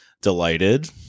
Delighted